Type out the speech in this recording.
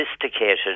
sophisticated